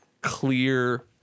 clear